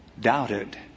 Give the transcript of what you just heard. doubted